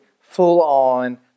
full-on